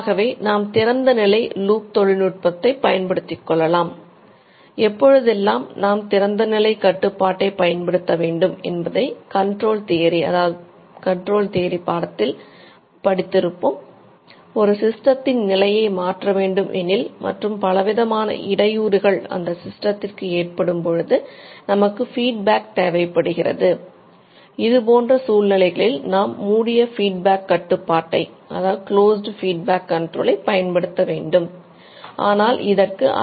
ஆகவே நாம் திறந்தநிலை லூப் நமக்கு தேவைப்படுகிறது